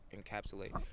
encapsulate